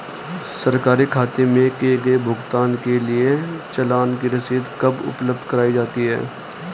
सरकारी खाते में किए गए भुगतान के लिए चालान की रसीद कब उपलब्ध कराईं जाती हैं?